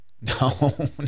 No